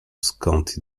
skąd